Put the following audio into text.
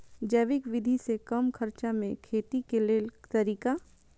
जैविक विधि से कम खर्चा में खेती के लेल तरीका?